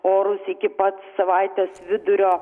orus iki pat savaitės vidurio